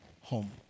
home